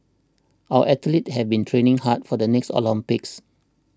our athletes have been training hard for the next Olympics